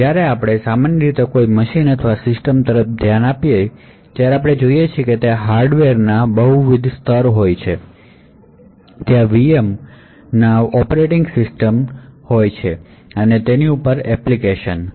જ્યારે આપણે સામાન્ય રીતે કોઈ મશીન અથવા સિસ્ટમ તરફ ધ્યાન આપીએ છીએ ત્યારે આપણે જોઈએ છીએ કે ત્યાં હાર્ડવેરનો બહુવિધ સ્તર હોય છે ત્યાં VM ઑપરેટિંગ સિસ્ટમ હોય છે અને તેની ઉપર એપ્લિકેશન હોય છે